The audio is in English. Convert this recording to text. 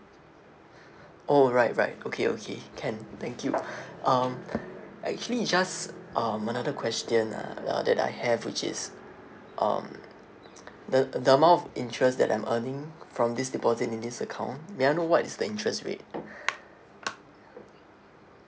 oh right right okay okay can thank you um actually just um another question uh that I have which is um the the amount of interest that I'm earning from this deposit in this account may I know what is the interest rate